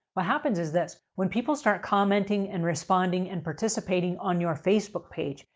what happens is that when people start commenting, and responding, and participating on your facebook page,